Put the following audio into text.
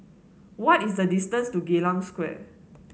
what is the distance to Geylang Square